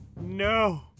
No